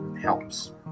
helps